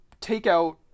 takeout